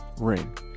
ring